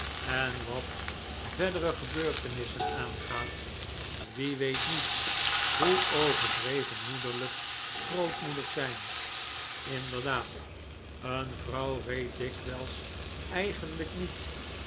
en wat verdere gebeurtenissen aangaat wie weet niet hoe overdreven moederlijk grootmoeders zijn inderdaad een vrouw weet dikwijls eigenlijk niet